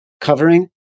covering